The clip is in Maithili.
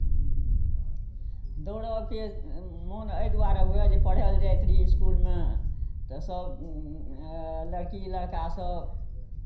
दौड़यके मोन एहि दुआरे हुए जे पढ़य लए जाइत रहियै इसकुलमे तऽ सभ लड़की लड़कासभ